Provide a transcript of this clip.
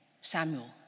Samuel